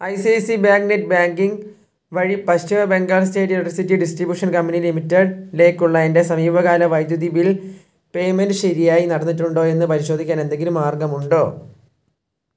I C I C bank net banking വഴി Paschim Bengal state electricity distribution company ലിമിറ്റഡിലേക്കുള്ള എൻ്റെ സമീപകാല വൈദ്യുതി ബിൽ പേമെൻറ്റ് ശരിയായി നടന്നിട്ടുണ്ടോ എന്ന് പരിശോധിക്കാൻ എന്തെങ്കിലും മാർഗ്ഗം ഉണ്ടോ